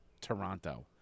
toronto